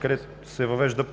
където се въвежда